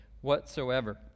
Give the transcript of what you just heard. whatsoever